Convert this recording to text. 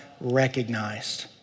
recognized